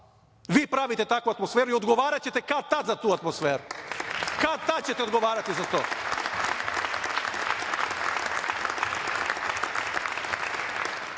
Vi pravite takvu atmosferu i odgovaraćete kad, tad za tu atmosferu, kad, tad, ćete odgovarati za tu